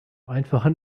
einfachen